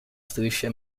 strisce